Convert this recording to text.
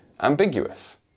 ambiguous